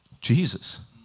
Jesus